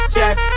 Check